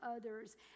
others